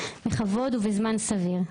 בכבוד ובזמן סביר.